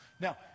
Now